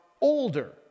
older